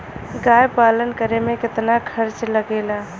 गाय पालन करे में कितना खर्चा लगेला?